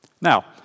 Now